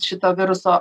šito viruso